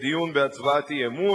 בהצבעה על אי-אמון,